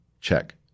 Check